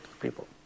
people